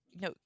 no